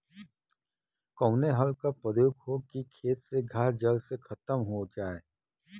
कवने हल क प्रयोग हो कि खेत से घास जड़ से खतम हो जाए?